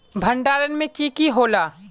भण्डारण में की की होला?